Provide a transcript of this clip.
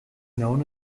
known